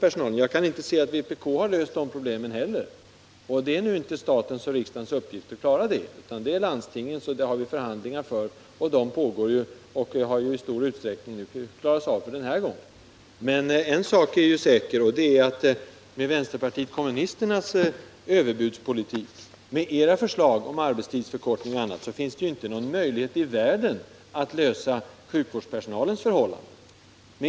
Jag kan inte finna att vpk har löst problemen på det området. Det är nu ingen uppgift för staten och riksdagen, utan det är landstingens uppgift. Förhandlingar pågår, och problemen är snart avklarade för den här gången. En sak är säker, nämligen att det med vpk:s överbudspolitik och förslag om arbetstidsförkortningar inte finns någon möjlighet i världen att lösa sjukvårdspersonalens olika problem.